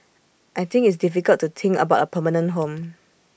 I think it's difficult to think about A permanent home